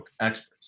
experts